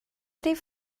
rif